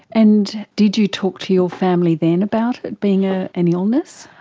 and did you talk to your family then about it, being ah an illness?